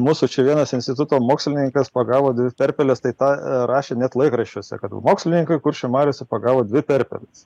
mūsų čia vienas instituto mokslininkas pagavo dvi perpeles taip tą rašė net laikraščiuose kad mokslininkai kuršių mariose pagavo dvi perpeles